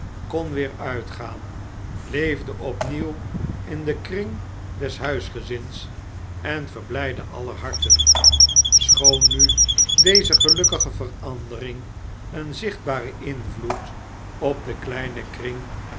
kon weer uitgaan leefde opnieuw in den kring des huisgezins en verblijdde aller harten schoon nu deze gelukkige verandering een zichtbaren invloed op den kleinen kring